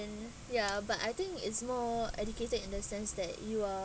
ya but I think it's more educated in the sense that you are